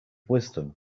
wisdom